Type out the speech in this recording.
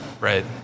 Right